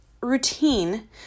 routine